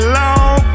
long